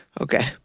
Okay